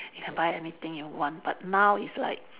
you can buy anything you want but now it's like